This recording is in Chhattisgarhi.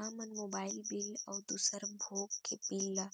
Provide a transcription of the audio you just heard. हमन मोबाइल बिल अउ दूसर भोग के बिल ला